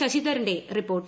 ശശിധരന്റെ report